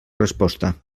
resposta